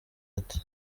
ati